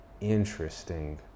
interesting